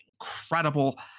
incredible